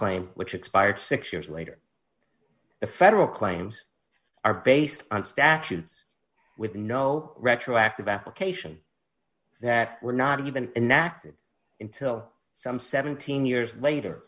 claim which expired six years later the federal claims are based on statutes with no retroactive application that were not even inactive until some seventeen years later